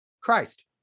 Christ